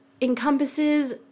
Encompasses